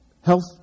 health